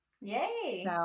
Yay